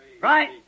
Right